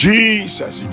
Jesus